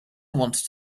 wanted